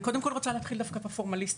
אני רוצה להתחיל דווקא בפורמליסטיקה.